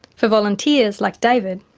for volunteers like david,